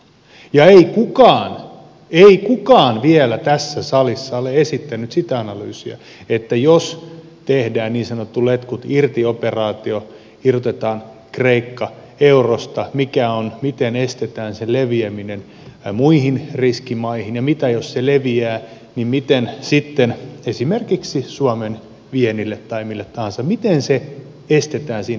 ja ei kukaan ei kukaan vielä tässä salissa ole esittänyt sitä analyysiä että jos tehdään niin sanottu letkut irti operaatio irrotetaan kreikka eurosta miten estetään sen leviäminen muihin riskimaihin ja jos se leviää miten sitten käy esimerkiksi suomen viennille tai mille tahansa miten se estetään siinä tilanteessa